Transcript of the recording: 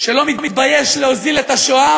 שלא מתבייש להוזיל את השואה,